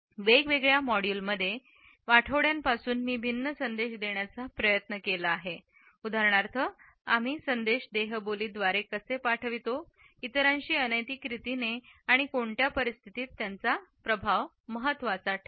वेगवेगळ्या मॉड्यूलमध्ये आठवड्यांपासून मी भिन्न संदेश देण्याचा प्रयत्न केला आहे उदाहरणार्थ आम्ही संदेश देहबोली द्वारे कसे पाठवितो इतरांशी अनैतिक रीतीने आणि कोणत्या परिस्थितीत त्यांचा प्रभाव महत्वाचा ठरतो